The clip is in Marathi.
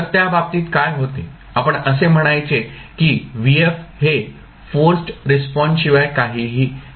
तर त्या बाबतीत काय होते आपण असे म्हणायचे की हे फोर्सड रिस्पॉन्स शिवाय काहीही नाही